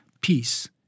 peace